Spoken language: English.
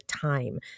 time